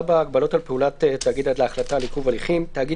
"הגבלות על פעולת התאגיד עד להחלטה על עיכוב הליכים 319ד. תאגיד